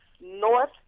North